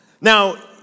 Now